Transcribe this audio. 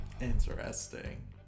Interesting